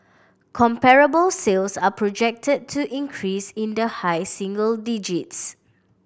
comparable sales are projected to increase in the high single digits